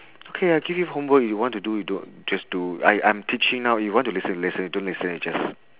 okay I give you homework you want to do you do just do I'm I'm teaching now you want to listen you listen you don't listen you just